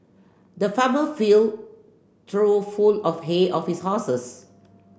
the farmer filled trough full of hay of his horses